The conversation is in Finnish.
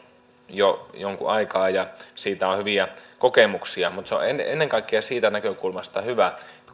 jo jonkun aikaa ja siitä on hyviä kokemuksia mutta se on ennen ennen kaikkea siitä näkökulmasta hyvä kun